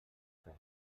fer